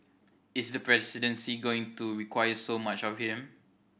is the presidency going to require so much of him